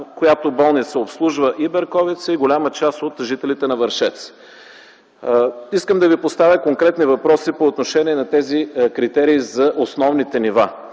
която болница обслужва и Берковица, и голяма част от жителите на Вършец. Искам да Ви поставя конкретни въпроси по отношение на критериите за основните нива.